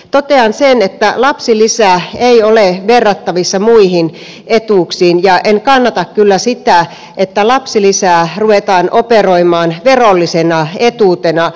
totean sen että lapsilisä ei ole verrattavissa muihin etuuksiin ja en kannata kyllä sitä että lapsilisää ruvetaan operoimaan verollisena etuutena